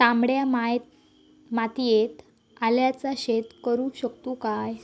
तामड्या मातयेत आल्याचा शेत करु शकतू काय?